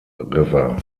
river